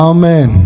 Amen